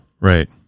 Right